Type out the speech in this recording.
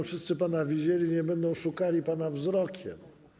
Wszyscy będą pana widzieli, nie będą szukali pana wzrokiem.